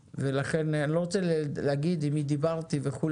ולכן אני לא רוצה להגיד עם מי דיברתי וכו',